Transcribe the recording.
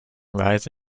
rise